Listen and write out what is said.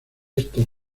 estos